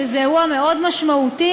שזה אירוע מאוד משמעותי,